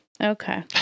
Okay